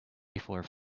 before